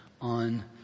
on